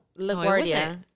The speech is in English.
LaGuardia